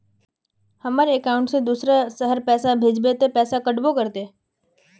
हमर अकाउंट से दूसरा शहर पैसा भेजबे ते पैसा कटबो करते?